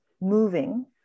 moving